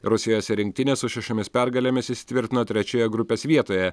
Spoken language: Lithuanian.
rusijos rinktinė su šešiomis pergalėmis įsitvirtino trečioje grupės vietoje